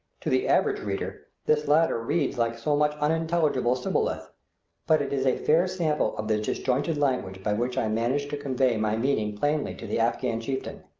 to the average reader this latter reads like so much unintelligible shibboleth but it is a fair sample of the disjointed language by which i manage to convey my meaning plainly to the afghan chieftain.